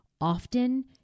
often